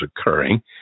occurring